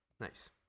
nice